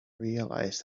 realize